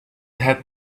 had